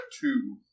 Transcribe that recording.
two